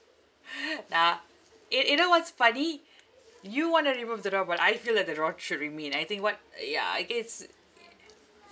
nah you you know what's funny you want to remove the rubber I feel that the rod should remain I think what ya I guess